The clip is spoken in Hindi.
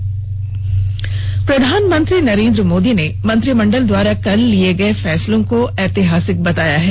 प्रधानमंत्री प्रधानमंत्री नरेन्द्र मोदी ने मंत्रिमंडल द्वारा कल लिये गये फैसलों को ऐतिहासिक बताया है